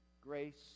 grace